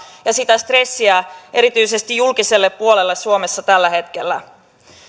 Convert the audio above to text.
ja sitä stressiä erityisesti julkiselle puolelle suomessa tällä hetkellä